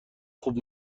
خوب